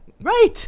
right